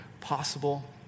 possible